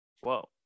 Whoa